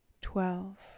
twelve